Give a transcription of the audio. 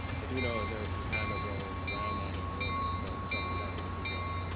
i do know there are some condo buildings around that area that were built several decades ago.